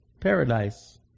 paradise